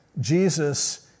Jesus